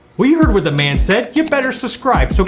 we heard what the man said, you better subscribe. so